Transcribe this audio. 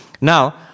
Now